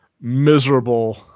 miserable